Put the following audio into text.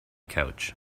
couch